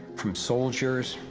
from soldiers,